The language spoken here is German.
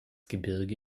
gebirge